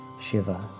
Shiva